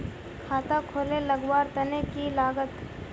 खाता खोले लगवार तने की लागत?